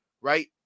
right